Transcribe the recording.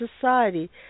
society